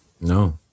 No